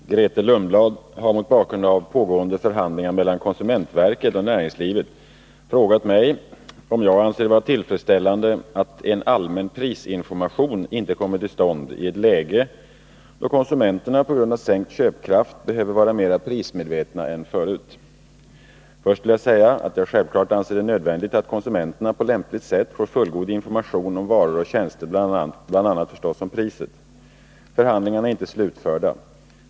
Herr talman! Grethe Lundblad har mot bakgrund av pågående förhandlingar mellan konsumentverket och näringslivet frågat mig om jag anser det vara tillfredsställande att en allmän prisinformation inte kommer till stånd i ett läge, då konsumenterna på grund av sänkt köpkraft behöver vara mera prismedvetna än förut. Först vill jag säga att jag självklart anser det nödvändigt att konsumenterna på lämpligt sätt får fullgod information om varor och tjänster, bl.a. förstås om priset. Förhandlingarna är inte slutförda.